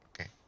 Okay